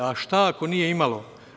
A šta ako nije imalo?